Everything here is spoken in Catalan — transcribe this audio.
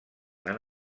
han